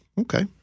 Okay